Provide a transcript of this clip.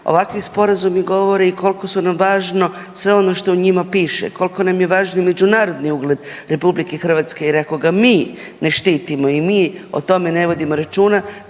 ovakvi sporazumi govore i koliko su nam važno sve ono što u njima piše, koliko nam je važan međunarodni ugled RH jer ako ga mi ne štitimo i mi o tome ne vodimo računa